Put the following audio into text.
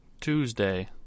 Tuesday